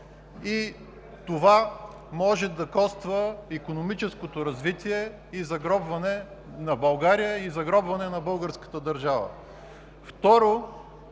това може да коства икономическото развитие на България и загробването на българската държава.